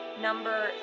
number